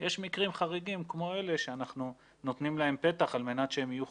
יש מקרים חריגים כמו אלה שאנחנו נותנים להם פתח על מנת שהם יהיו חוקיים.